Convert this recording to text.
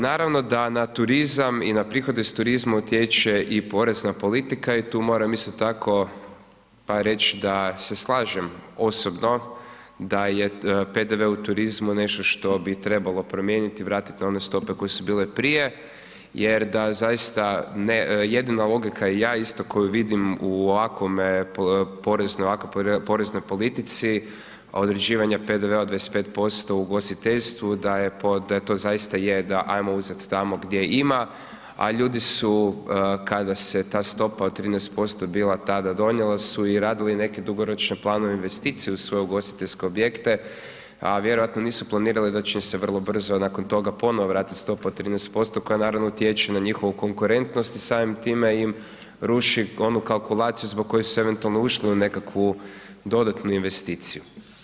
Naravno da na turizam i na prihode iz turizma utječe i porezna politika i tu moram isto tako pa reći da se slažem osobno da je PDV u turizmu nešto što bi trebalo promijeniti, vratiti na one stope koje su bile prije, jer da zaista, jedina logika i ja isto koju vidim u ovakvome poreznom, u ovakvoj poreznoj politici određivanja PDV-a od 25% u ugostiteljstvu da je, da je to zaista je da ajmo uzeti tamo gdje ima a ljudi su kada se ta stopa od 13% tada bila donijela su i radili neke dugoročne planove, investicije u svoje ugostiteljske objekte a vjerojatno nisu planirali da će im se vrlo brzo nakon toga ponovno vratiti stopa od 13% koja naravno utječe na njihovu konkurentnost i samim time im ruši onu kalkulaciju zbog koje su eventualno ušli u nekakvu dodatnu investiciju.